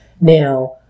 now